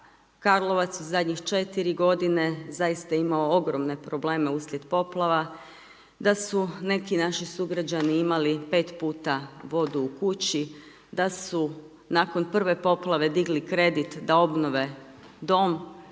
Karlovac u zadnjih 4 g. zaista imao ogromne probleme uslijed poplava, da su neki naši sugrađani imali 5 puta vodu u kući, da su nakon prve poplave digli kredit da obnove dom